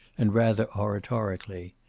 and rather oratorically,